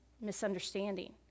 misunderstanding